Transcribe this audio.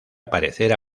aparecer